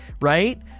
right